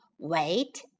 Wait